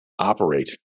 operate